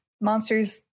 monsters